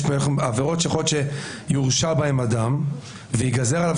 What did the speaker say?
הרי יש עבירות שאדם יורשע בהן וייגזר עליו